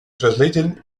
translated